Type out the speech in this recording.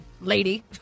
Lady